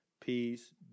peace